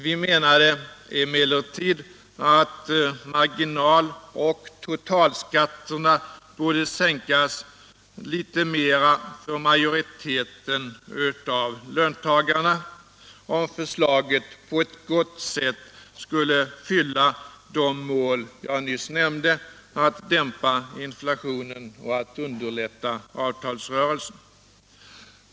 Vi menade emellertid att marginal och totalskatterna borde sänkas litet mera för majoriteten av löntagarna, om förslaget på ett gott sätt skulle svara mot de mål jag nyss nämnde, att dämpa inflationen och att underlätta avtalsrörelsen.